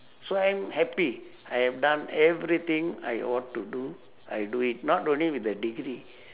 so I'm happy I have done everything I ought to do I do it not only with a degree